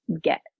get